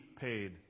paid